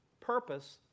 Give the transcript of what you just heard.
purpose